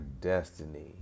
destiny